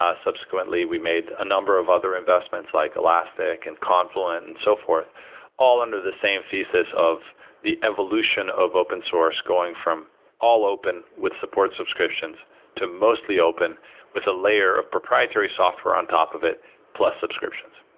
ah subsequently, we made a number of other investments, like elastic, and confluent and so forth all under the same thesis of the evolution of open source going from all open with support subscriptions to mostly open with a layer of proprietary software on top of it plus subscriptions.